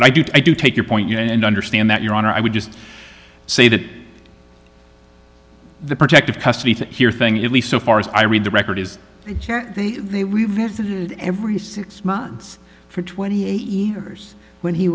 but i do i do take your point and understand that your honor i would just say that the protective custody here thing at least so far as i read the record is they revisit it every six months for twenty eight years when he